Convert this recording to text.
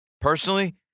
personally